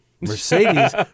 Mercedes